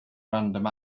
random